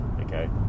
Okay